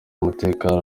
umutekano